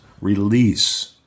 release